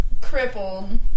crippled